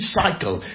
cycle